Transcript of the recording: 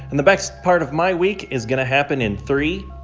and the best part of my week is going to happen in three,